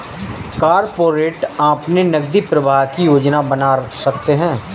corporate अपने नकदी प्रवाह की योजना बना सकते हैं